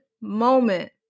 moment